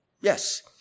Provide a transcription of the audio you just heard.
Yes